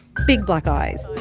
big, black eyes.